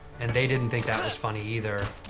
and they didn't think that was funny either.